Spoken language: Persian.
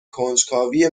کنجکاوی